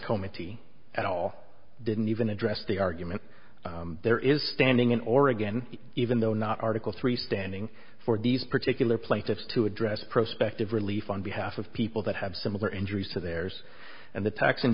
comity at all didn't even address the argument there is standing in oregon even though not article three standing for these particular plaintiffs to address prospective relief on behalf of people that have similar injuries to theirs and the tax in